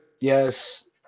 Yes